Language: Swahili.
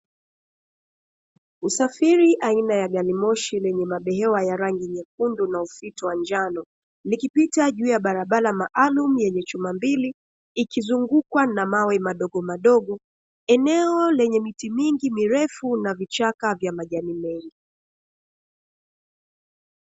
Usafiri aina ya gari moshi, lenye mabehewa ya rangi nyekundu na ufito ya njao, likipita juu ya barabara maalumu yenye chuma mbili, ikizungukwa na mawe madogomadogo. Eneo lenye miti mingi mirefu na vichaka vya majani mengi.